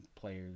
players